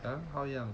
!huh! oh ya